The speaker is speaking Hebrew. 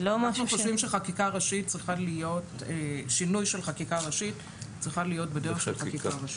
אנחנו חושבים ששינוי של חקיקה ראשית צריכה להיות בדרך החקיקה הראשית.